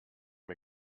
wir